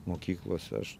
mokyklose aš